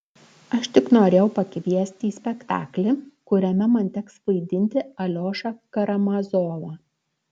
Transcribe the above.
aš tik norėjau pakviesti į spektaklį kuriame man teks vaidinti aliošą karamazovą